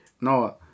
no